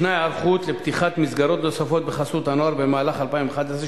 ישנה היערכות לפתיחת מסגרות נוספות בחסות הנוער במהלך 2011,